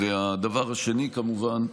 והדבר השני, כמובן,